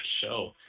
show